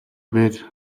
бээр